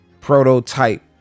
prototype